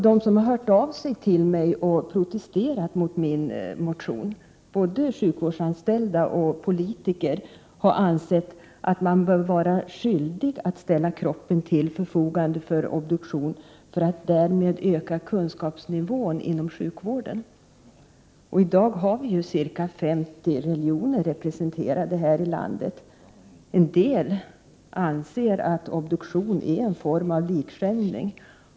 De som har hört av sig och protesterat mot min motion — både sjukvårdsanställda och politiker — har sagt att de anser att man bör vara skyldig att ställa kroppen till förfogande för obduktion för att därmed bidra till en höjd kunskapsnivå inom sjukvården. I dag är ca 50 religioner representerade i vårt land. En del anser att obduktioner är en form av likskändning.